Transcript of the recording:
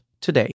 today